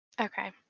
Okay